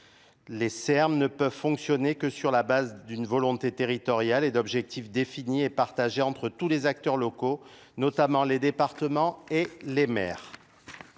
Les Serbes nee peuvent fonctionner que sur la base d'une volonté territoriale et d'objectifs définis et partagés entre tous les acteurs locaux, notamment les départements et les mers.